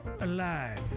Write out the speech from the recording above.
alive